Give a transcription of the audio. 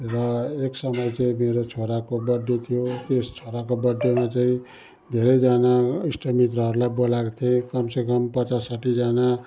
र एक समय चाहिँ मेरो छोराको बर्थडे थियो त्यो छोराको बर्थडेमा चाहिँ धेरैजना इष्ट मित्रहरूलाई बोलाएको थेँ कम से कम पचास साठीजना